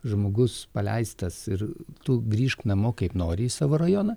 žmogus paleistas ir tu grįžk namo kaip nori į savo rajoną